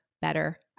better